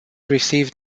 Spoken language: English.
received